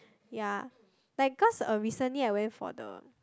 ya like cause a recently I went for the